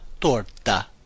torta